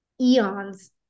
eons